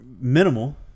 minimal